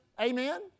amen